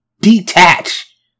detach